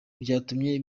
byatumye